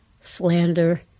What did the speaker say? slander